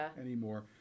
anymore